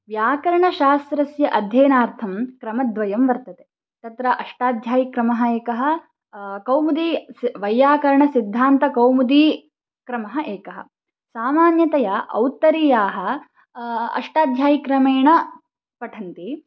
व्याकरणशास्त्रस्य अध्ययनार्थं क्रमद्वयं वर्तते तत्र अष्टाध्यायीक्रमः एकः कौमुदी स् वैयाकरणसिद्धान्तकौमुदीक्रमः एकः सामान्यतया औत्तरीयाः अष्टाध्यायीक्रमेण पठन्ति